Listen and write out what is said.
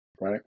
right